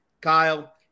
Kyle